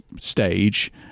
stage